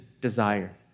desire